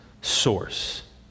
source